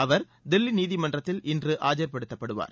அவர் தில்லி நீதிமன்றத்தில் இன்று ஆஜர்படுத்தப்படுவார்